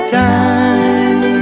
time